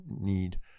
need